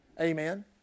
Amen